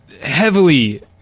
heavily